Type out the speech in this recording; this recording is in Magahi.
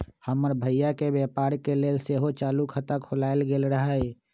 हमर भइया के व्यापार के लेल सेहो चालू खता खोलायल गेल रहइ